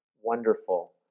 wonderful